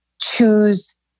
choose